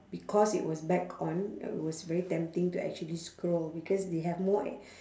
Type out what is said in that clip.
because it was back on it was very tempting to actually scroll because they have more